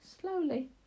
slowly